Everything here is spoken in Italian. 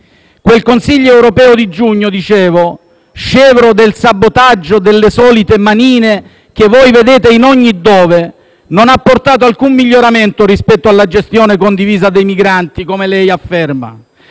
Quel Consiglio europeo di giugno, scevro del sabotaggio delle solite manine che voi vedete in ogni dove, non ha portato alcun miglioramento rispetto alla gestione condivisa dei migranti, come lei afferma,